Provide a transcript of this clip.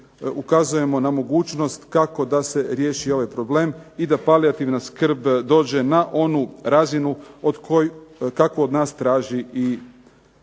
ukazujemo na mogućnost kako da se riješi ovaj problem i da palijativna skrb dođe na onu razinu kako od nas traži i Vijeće